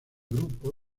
grupo